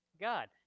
God